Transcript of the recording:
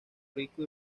rico